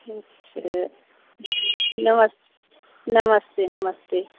ठीक है नमस् नमस्ते नमस्ते